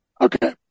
Okay